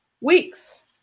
weeks